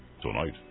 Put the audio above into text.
Tonight